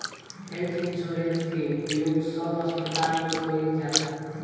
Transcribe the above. health insurance के उपयोग सब अस्पताल में कईल जाता